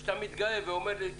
כשאתה מתגאה ואומר לי,